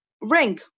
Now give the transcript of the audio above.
Ring